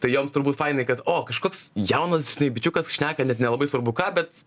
tai joms turbūt fainai kad o kažkoks jaunas bičiukas šneka net nelabai svarbu ką bet